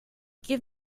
give